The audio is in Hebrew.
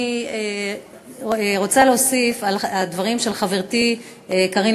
אני רוצה להוסיף על הדברים של חברתי קארין